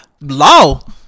law